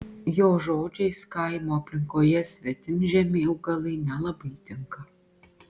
jo žodžiais kaimo aplinkoje svetimžemiai augalai nelabai tinka